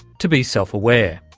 to be self-aware.